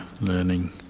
learning